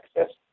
access